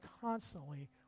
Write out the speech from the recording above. constantly